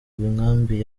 inkambi